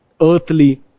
earthly